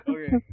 Okay